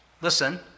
listen